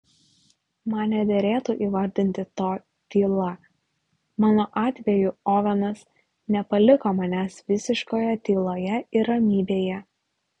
man nederėtų įvardinti to tyla mano atveju ovenas nepaliko manęs visiškoje tyloje ir ramybėje